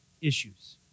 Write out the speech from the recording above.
issues